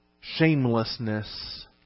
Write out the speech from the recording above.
shamelessness